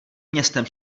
městem